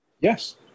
Yes